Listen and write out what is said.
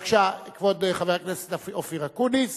בבקשה, כבוד חבר הכנסת אופיר אקוניס,